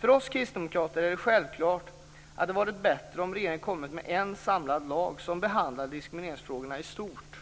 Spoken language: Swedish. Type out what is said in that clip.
För oss kristdemokrater är det självklart att det varit bättre om regeringen kommit med en samlad lag som behandlade diskrimineringsfrågorna i stort.